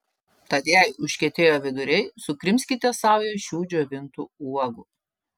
tad jei užkietėjo viduriai sukrimskite saują šių džiovintų uogų